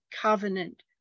covenant